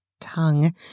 tongue